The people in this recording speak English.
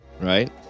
right